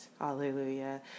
Hallelujah